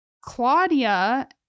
Claudia